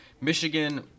Michigan